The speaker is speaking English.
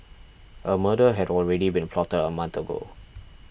a murder had already been plotted a month ago